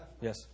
Yes